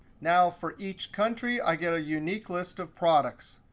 now, for each country, i get a unique list of products.